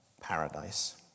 paradise